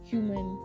Human